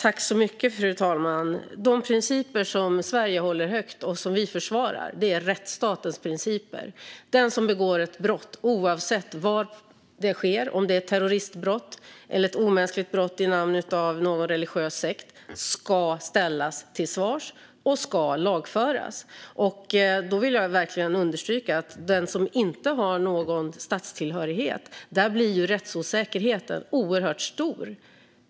Fru talman! De principer som Sverige håller högt och försvarar är rättsstatens principer. Den som begår ett brott, oavsett var det sker och om det är ett terroristbrott eller ett omänskligt brott i någon religiös sekts namn, ska ställas till svars och lagföras. Jag vill verkligen understryka att för den som inte har någon statstillhörighet blir rättsosäkerheten oerhört stor.